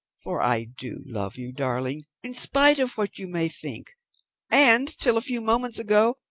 for i do love you, darling, in spite of what you may think and, till a few moments ago,